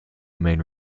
main